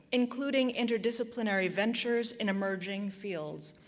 including interdisciplinary ventures and emerging fields.